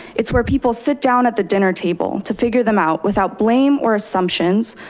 it's where people sit down at the dinner table to figure them out without blame or assumptions,